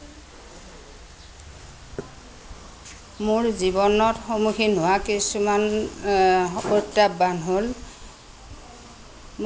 মোৰ জীৱনত সন্মুখীন হোৱা কিছুমান প্ৰত্যাহ্বান হ'ল